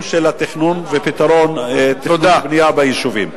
של התכנון ופתרון תכנון ובנייה ביישובים.